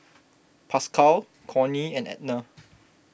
Pascal Cornie and Edna